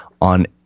on